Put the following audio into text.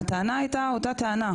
והטענה הייתה אותה טענה,